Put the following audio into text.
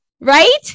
Right